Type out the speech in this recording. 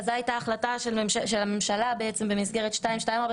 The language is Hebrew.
וזו הייתה ההחלטה של הממשלה במסגרת 224,